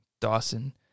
Dawson